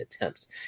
attempts